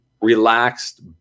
relaxed